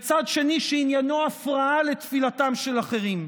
וצד שני שעניינו הפרעה לתפילתם של אחרים,